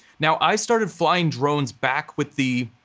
now, i started flying drones back with the,